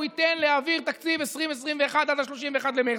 ייתן להעביר תקציב ל-2021-2020 עד 31 במרץ,